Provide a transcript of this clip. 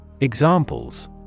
Examples